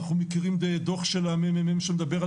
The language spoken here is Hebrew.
אנחנו מכירים דוח של הממ"מ שמדבר על